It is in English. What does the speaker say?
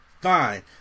Fine